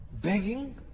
Begging